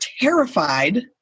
terrified